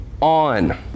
on